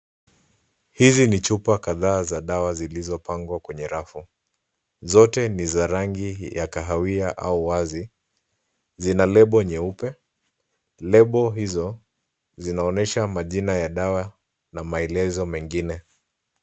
Hizi ni chupa kadhaa za dawa zilizopangwa kwenye rafu. Zote ni za rangi ya kahawia au wazi. Zina lebo nyeupe. Lebo hizo zinaonyesha majina ya dawa na maelezo mengine.